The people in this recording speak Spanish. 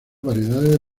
variedades